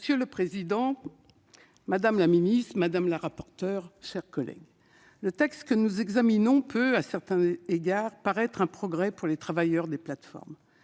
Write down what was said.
Monsieur le président, madame la ministre, mes chers collègues, le texte que nous examinons peut, à certains égards, apparaître comme un progrès pour les travailleurs des plateformes.